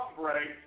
break